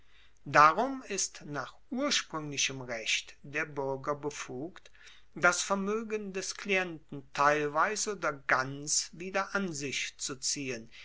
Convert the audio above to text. darum ist nach urspruenglichem recht der buerger befugt das vermoegen des klienten teilweise oder ganz wieder an sich zu ziehen